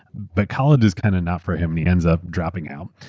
but college is kind of not for him and he ends up dropping out.